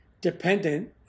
dependent